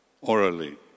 orally